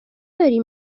داری